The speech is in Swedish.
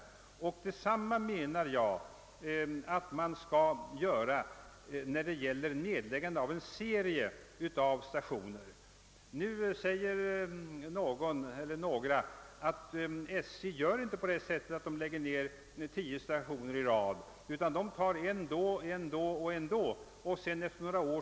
Jag anser att samma förfaringssätt bör användas när det gäller nedläggande av en serie stationer. Några säger att SJ inte lägger ned tio stationer i rad utan tar en då och då; sedan är det fullbordat efter några år.